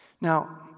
Now